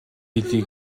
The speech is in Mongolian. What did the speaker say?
хэлье